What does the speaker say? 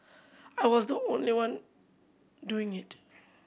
I was not the only one doing it